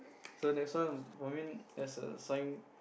so next one for me there's a sign